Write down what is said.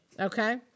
Okay